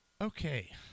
Okay